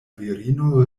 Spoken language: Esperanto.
virino